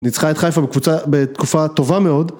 ניצחה את חיפה בתקופה טובה מאוד